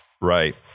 Right